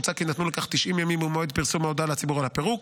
מוצע כי יינתנו לכך 90 ימים ממועד פרסום ההודעה לציבור על הפירוק.